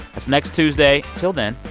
that's next tuesday. until then,